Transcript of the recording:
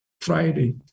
Friday